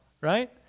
right